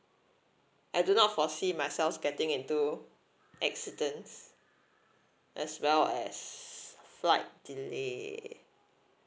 I do not foresee myself getting into accidents as well as flight delay